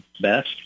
best